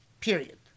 Period